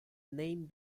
name